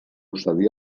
cedir